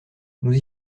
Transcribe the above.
nous